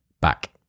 back